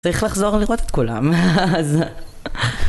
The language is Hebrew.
צריך לחזור לראות את כולם